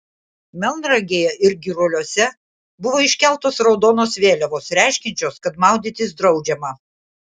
melnragėje ir giruliuose buvo iškeltos raudonos vėliavos reiškiančios kad maudytis draudžiama